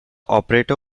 operator